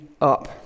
up